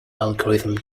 algorithm